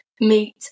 meet